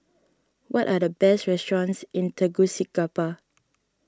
what are the best restaurants in Tegucigalpa